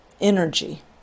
energy